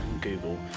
Google